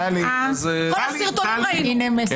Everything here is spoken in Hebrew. את כל הסרטונים ראינו.